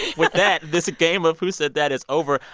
with that, this game of who said that is over.